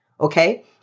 Okay